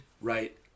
right